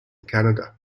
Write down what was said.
canada